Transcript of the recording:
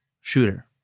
shooter